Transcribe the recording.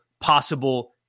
possible